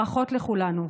ברכות לכולנו.